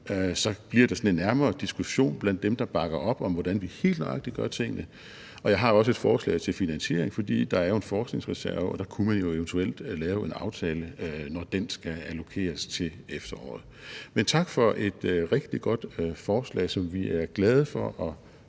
sådan en nærmere diskussion blandt dem, der bakker op, om, hvordan vi helt nøjagtigt gør tingene. Og jeg har også et forslag til finansiering, for der er jo en forskningsreserve, og der kunne man eventuelt lave en aftale, når den skal allokeres til efteråret. Men tak for et rigtig godt forslag, som vi er meget glade for